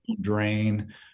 drain